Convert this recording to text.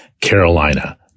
Carolina